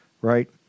right